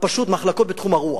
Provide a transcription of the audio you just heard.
פשוט מחלקות בתחום הרוח.